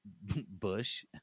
bush